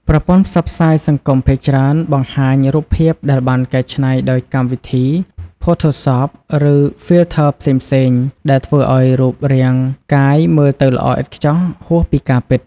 ប្រព័ន្ធផ្សព្វផ្សាយសង្គមភាគច្រើនបង្ហាញរូបភាពដែលបានកែច្នៃដោយកម្មវិធី ផូថូសប ឬ ហ្វីលធ័រ ផ្សេងៗ ដែលធ្វើឲ្យរូបរាងកាយមើលទៅល្អឥតខ្ចោះហួសពីការពិត។